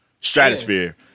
stratosphere